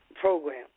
program